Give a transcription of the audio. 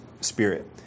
spirit